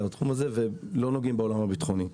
בתחום הזה והם לא נוגעים בעולם הביטחוני.